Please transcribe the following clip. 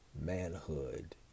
manhood